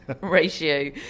ratio